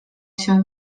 się